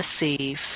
receive